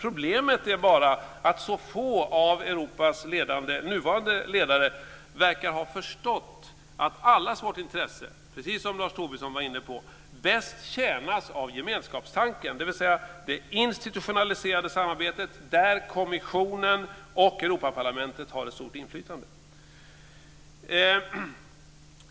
Problemet är bara att så få av Europas nuvarande ledare verkar ha förstått att allas vårt intresse, precis som Lars Tobisson var inne på, bäst tjänas av gemenskapstanken, dvs. det institutionaliserade samarbetet, där kommissionen och Europaparlamentet har ett stort inflytande.